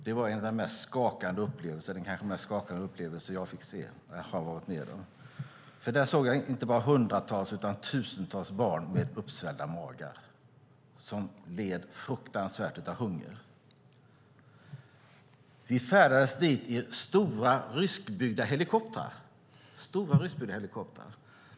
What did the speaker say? Det var den kanske mest skakande upplevelse som jag har varit med om, för där såg jag inte bara hundratals utan tusentals barn med uppsvällda magar som led fruktansvärt av hunger. Vi färdades dit i stora ryskbyggda helikoptrar.